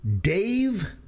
Dave